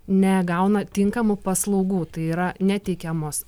negauna tinkamų paslaugų tai yra neteikiamos